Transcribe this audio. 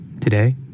today